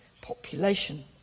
population